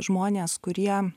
žmonės kurie